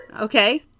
Okay